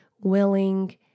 willing